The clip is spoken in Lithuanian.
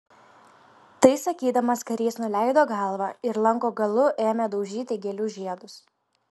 tai sakydamas karys nuleido galvą ir lanko galu ėmė daužyti gėlių žiedus